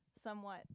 somewhat